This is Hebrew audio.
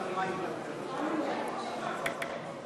הכרה בפגיעה מינית בעבודה כתאונת עבודה),